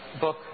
book